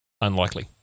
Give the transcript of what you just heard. unlikely